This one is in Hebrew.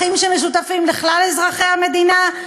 ערכים שמשותפים לכלל אזרחי המדינה?